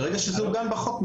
ברגע שזה עוגן בחוק,